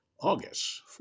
August